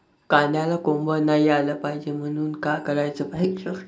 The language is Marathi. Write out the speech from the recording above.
कांद्याला कोंब नाई आलं पायजे म्हनून का कराच पायजे?